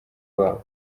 babo